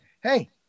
Hey